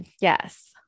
Yes